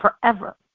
forever